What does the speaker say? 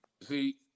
See